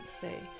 say